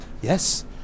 Yes